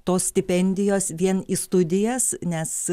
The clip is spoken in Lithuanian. tos stipendijos vien į studijas nes